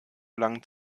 lang